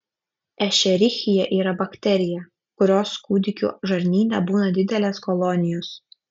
ešerichija yra bakterija kurios kūdikių žarnyne būna didelės kolonijos